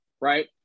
right